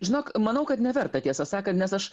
žinok manau kad neverta tiesą sakant nes aš